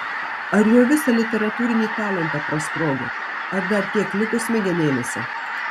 ar jau visą literatūrinį talentą prasprogot ar dar kiek liko smegenėlėse